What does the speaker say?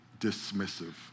dismissive